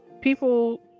people